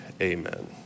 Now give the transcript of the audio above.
amen